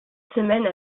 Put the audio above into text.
semaines